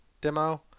demo